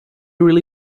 really